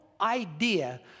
idea